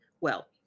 Well